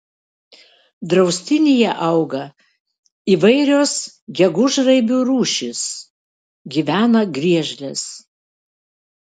draustinyje auga įvairios gegužraibių rūšys gyvena griežlės